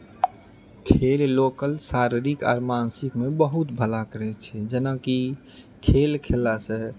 खेल लोकक शारीरिक आ मानसिकमे बहुत भला करए छै जेनाकि खेल खेललासँ